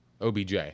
OBJ